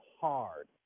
hard